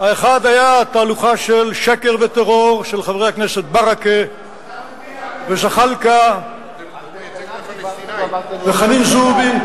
האחד היה תהלוכה של שקר וטרור של חברי הכנסת ברכה וזחאלקה וחנין זועבי,